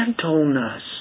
gentleness